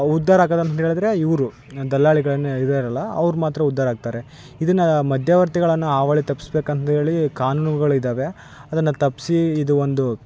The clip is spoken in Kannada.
ಉದ್ಧಾರ ಆಗದಂತ್ ಹೇಳಿದ್ರೆ ಇವ್ರು ದಲ್ಲಾಳಿಗಳನ್ನೆ ಇದಾರಲ್ಲ ಅವ್ರು ಮಾತ್ರ ಉದ್ಧಾರ ಆಗ್ತಾರೆ ಇದನ್ನ ಮಧ್ಯವರ್ತಿಗಳನ್ನ ಆವಳಿ ತಪ್ಸ್ಬೇಕಂದು ಹೇಳಿ ಕಾನೂನುಗಳಿದಾವೆ ಅದನ್ನ ತಪ್ಸಿ ಇದು ಒಂದು